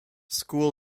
school